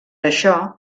això